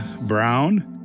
Brown